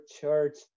church